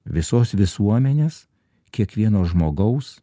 visos visuomenės kiekvieno žmogaus